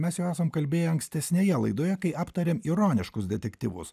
mes jau esam kalbėję ankstesnėje laidoje kai aptarėm ironiškus detektyvus